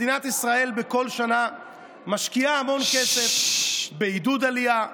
מדינת ישראל בכל שנה משקיעה המון כסף בעידוד עלייה,